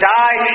die